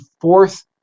fourth